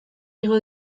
igo